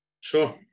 sure